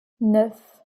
neuf